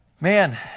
Man